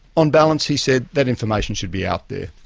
on balance', he said, that information should be out there.